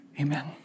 amen